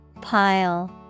Pile